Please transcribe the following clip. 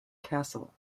castle